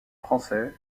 français